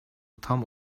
tam